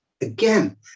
again